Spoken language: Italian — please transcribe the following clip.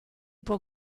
può